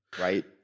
right